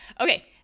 Okay